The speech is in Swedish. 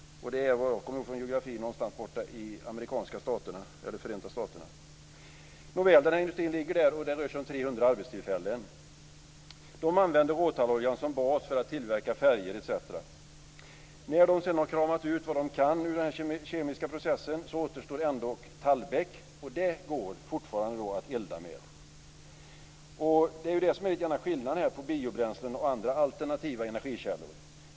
Nåväl, det rör sig om 300 arbetstillfällen vid denna industri. Man använder råtallolja som bas för att tillverka färger etc. När man sedan har kramat ut vad man kan i den kemiska processen återstår det tallbeck som det fortfarande går att elda med. Det är detta som är skillnaden på biobränslen och andra alternativa energikällor.